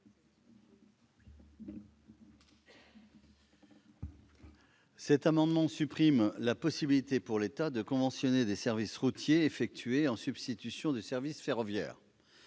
Cet amendement tend à supprimer la possibilité pour l'État de conventionner des services routiers effectués en substitution de services ferroviaires.